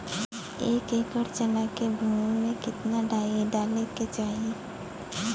एक एकड़ चना के भूमि में कितना डाई डाले के चाही?